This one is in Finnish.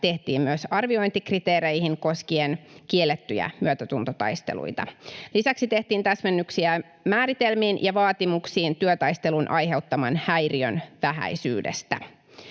tehtiin myös arviointikriteereihin koskien kiellettyjä myötätuntotaisteluita. Lisäksi tehtiin täsmennyksiä määritelmiin ja vaatimuksiin työtaistelun aiheuttaman häiriön vähäisyydestä.